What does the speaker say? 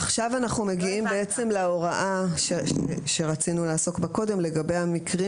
עכשיו אנחנו מגיעים להוראה שרצינו לעסוק בה קודם לגבי המקרים